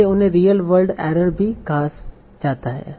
इसलिए उन्हें real word error भी कहा जाता है